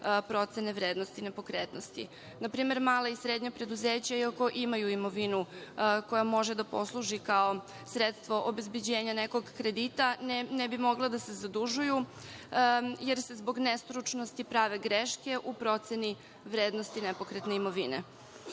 procene vrednosti nepokretnosti. Na primer, mala i srednja preduzeća, iako imaju imovinu koja može da posluži kao sredstvo obezbeđenja nekog kredita, ne bi mogla da se zadužuju, jer se zbog nestručnosti prave greške u proceni vrednosti nepokretne imovine. Sa